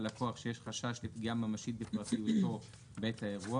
ללקוח כשיש חשש לפגישה ממשית בפרטיותו בעת האירוע,